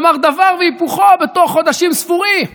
לומר דבר והיפוכו בתוך חודשים ספורים.